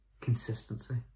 consistency